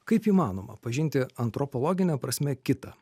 kaip įmanoma pažinti antropologine prasme kitą